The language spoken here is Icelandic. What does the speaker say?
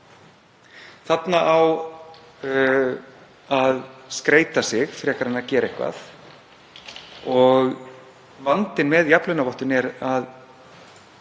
Þarna á að skreyta sig frekar en að gera eitthvað. Vandinn með jafnlaunavottun er að